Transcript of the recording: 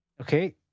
Okay